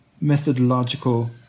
methodological